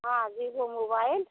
हाँ Vivo mobile